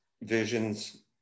visions